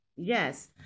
Yes